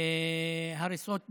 הריסות בתים.